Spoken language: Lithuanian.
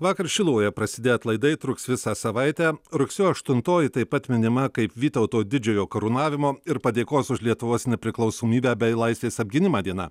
vakar šiluvoje prasidėję atlaidai truks visą savaitę rugsėjo aštuntoji taip pat minima kaip vytauto didžiojo karūnavimo ir padėkos už lietuvos nepriklausomybę bei laisvės apgynimą diena